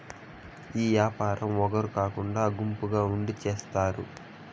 ఈ యాపారం ఒగరు కాకుండా గుంపుగా ఉండి చేత్తారు